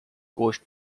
coast